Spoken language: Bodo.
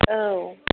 औ